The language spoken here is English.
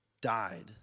died